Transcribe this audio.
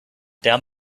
down